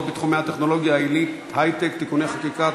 בתחומי הטכנולוגיה העילית (היי-טק) (תיקוני חקיקה),